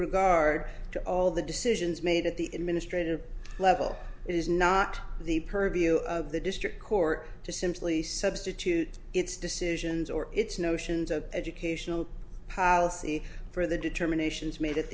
regard to all the decisions made at the administrators level it is not the purview of the district court to simply substitute its decisions or its notions of educational policy for the determinations made